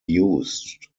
used